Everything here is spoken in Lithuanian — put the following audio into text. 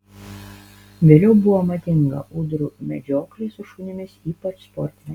vėliau buvo madinga ūdrų medžioklė su šunimis ypač sportinė